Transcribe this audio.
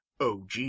OG